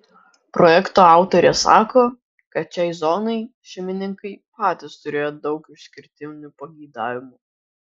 projekto autorė sako kad šiai zonai šeimininkai patys turėjo daug išskirtinių pageidavimų